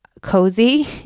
cozy